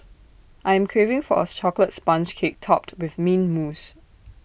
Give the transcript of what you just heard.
I am craving for A Chocolate Sponge Cake Topped with Mint Mousse